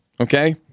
Okay